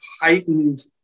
heightened